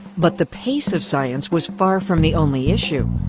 but the pace of science was far from the only issue.